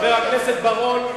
חבר הכנסת בר-און,